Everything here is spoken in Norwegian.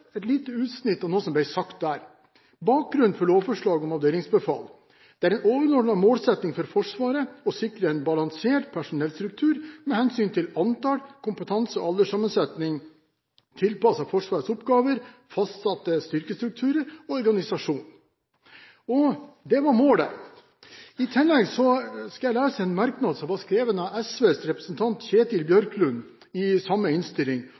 et lite utsnitt av noe som ble sagt der om bakgrunnen for lovforslaget om avdelingsbefal: «Det er en overordnet målsetning for Forsvaret å sikre en balansert personellstruktur med hensyn til antall, kompetanse og alderssammensetning tilpasset Forsvarets oppgaver, fastsatte styrkestruktur og organisasjon.» Det var målet. I tillegg skal jeg lese en merknad som var skrevet av SVs representant, Kjetil Bjørklund, i samme innstilling.